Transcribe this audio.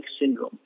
syndrome